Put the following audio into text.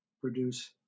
produce